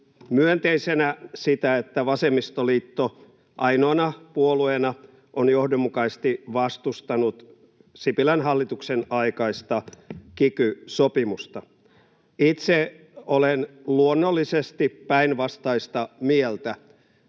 myönteisenä sitä, että vasemmistoliitto ainoana puolueena on johdonmukaisesti vastustanut Sipilän hallituksen aikaista kiky-sopimusta. [Li Andersson: Näin on!] Itse olen luonnollisesti päinvastaista mieltä.